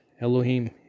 Elohim